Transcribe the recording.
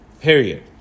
period